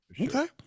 Okay